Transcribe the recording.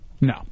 No